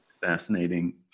fascinating